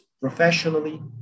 professionally